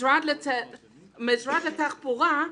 משרד התחבורה,